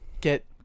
get